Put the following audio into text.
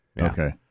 okay